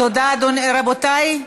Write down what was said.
תודה, רבותיי.